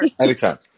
Anytime